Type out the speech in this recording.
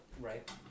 Right